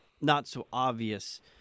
not-so-obvious